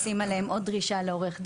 לשים עליהם עוד דרישה לעורך דין,